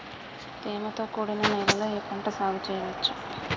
తేమతో కూడిన నేలలో ఏ పంట సాగు చేయచ్చు?